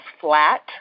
flat